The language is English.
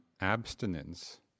abstinence